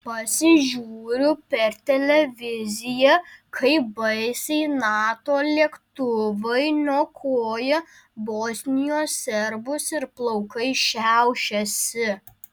pasižiūriu per televiziją kaip baisiai nato lėktuvai niokoja bosnijos serbus ir plaukai šiaušiasi